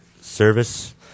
service